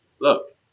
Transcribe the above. look